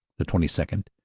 the twenty second,